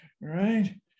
right